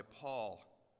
Paul